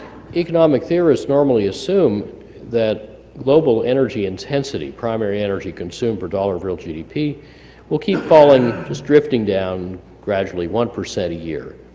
economic theorists normally assume that global energy intensity, primary energy consumed per dollar of real gdp will keep falling, just drifting down gradually one percent a year,